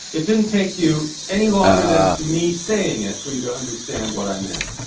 it didn't take you any longer than me saying it for you to understand what i meant.